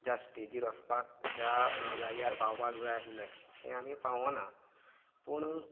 ज्या स्टेजीर वसपाक ज्या जाग्यार पावपाक जाय आसले तें आमी पावोना पूण